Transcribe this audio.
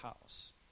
house